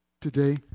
today